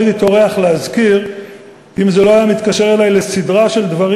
לא הייתי טורח להזכיר אם זה לא היה מתקשר לי לסדרה של דברים